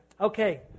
Okay